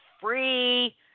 free